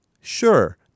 Sure